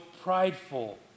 prideful